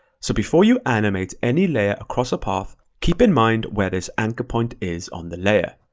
so before you animate any layer across a path, keep in mind where this anchor point is on the layer.